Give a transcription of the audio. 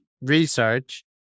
research